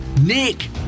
Nick